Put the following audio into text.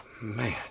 man